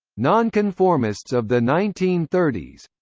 non-conformists of the nineteen thirty s